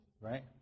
right